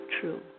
true